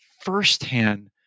firsthand